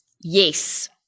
Yes